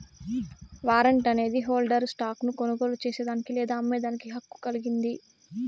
warrant అనేది హోల్డర్ను stock ను కొనుగోలు చేసేదానికి లేదా అమ్మేదానికి హక్కు కలిగింది